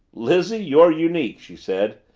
lizzie you're unique, she said.